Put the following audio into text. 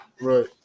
Right